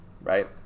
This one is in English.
Right